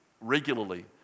regularly